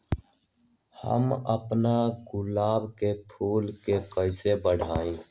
हम अपना गुलाब के फूल के कईसे बढ़ाई?